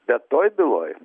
bet toj byloj